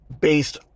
based